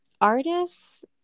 artists